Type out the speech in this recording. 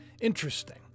Interesting